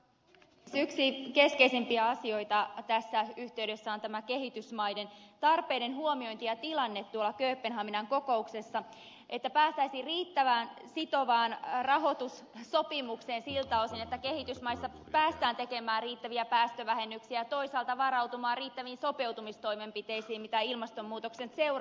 yksi keskeisimpiä asioita tässä yhteydessä ovat tämä kehitysmaiden tarpeiden huomiointi ja tilanne kööpenhaminan kokouksessa että päästäisiin riittävän sitovaan rahoitussopimukseen siltä osin että kehitysmaissa päästään tekemään riittäviä päästövähennyksiä ja toisaalta varautumaan riittäviin sopeutumistoimenpiteisiin mitä ilmastonmuutoksen seuraukset aiheuttavat